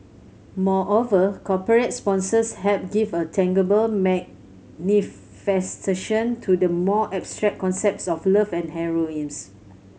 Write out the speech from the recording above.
moreover corporate sponsors help give a tangible manifestation to the more abstract concepts of love and